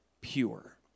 pure